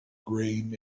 green